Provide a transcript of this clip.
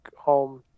home